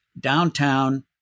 downtown